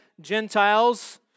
Gentiles